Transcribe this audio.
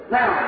Now